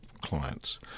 clients